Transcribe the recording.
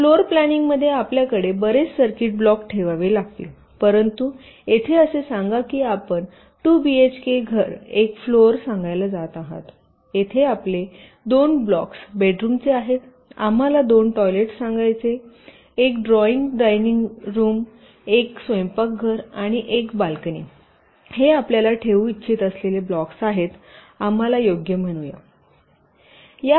तर फ्लोअर प्लॅनिंगमध्ये आपल्याकडे बरेच सर्किट ब्लॉक ठेवावे लागतील परंतु येथे असे सांगा की आपण 2 बीएचके घर एक फ्लोर सांगायला जात आहात येथे आपले ब्लॉक्स 2 बेडरुमचे आहेत आम्हाला 2 टॉयलेटस सांगायला सांगा1 ड्रॉईंग डायनिंग डायनिंग रूम1 स्वयंपाकघर आणि 1 बाल्कनी हे आपल्याला ठेवू इच्छित असलेले ब्लॉक्स आहेत आम्हाला योग्य म्हणायला द्या